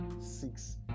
Six